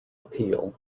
appeal